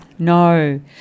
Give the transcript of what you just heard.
No